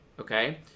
okay